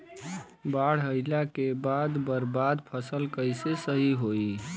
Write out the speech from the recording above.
बाढ़ आइला के बाद बर्बाद फसल कैसे सही होयी?